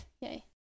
Yay